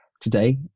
today